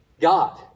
God